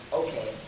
okay